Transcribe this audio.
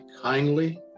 kindly